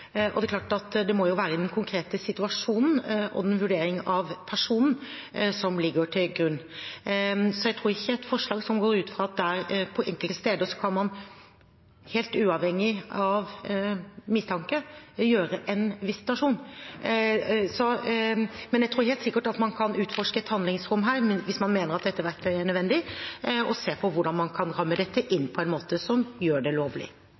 og det er klart at det må jo være den konkrete situasjonen og en vurdering av personen som ligger til grunn. Så jeg tror ikke på et forslag som går ut fra at på enkelte steder kan man helt uavhengig av mistanke gjøre en visitasjon. Men jeg tror helt sikkert at man kan utforske et handlingsrom her hvis man mener at dette verktøyet er nødvendig, og se på hvordan man kan ramme dette inn på en måte som gjør det lovlig.